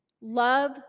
Love